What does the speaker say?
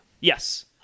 Yes